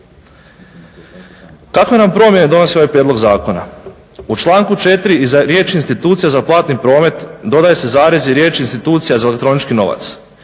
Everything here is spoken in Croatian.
Kakve nam promjene donosi ovaj prijedlog zakona? U članku 4.iza riječi institucija za Platni prometi, dodaje se zarez i riječ institucija za elektronički novac.